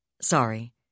Sorry